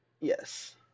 Yes